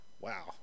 Wow